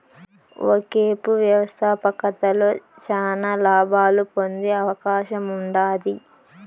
ఒకేపు వ్యవస్థాపకతలో శానా లాబాలు పొందే అవకాశముండాది